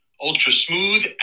ultra-smooth